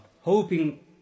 Hoping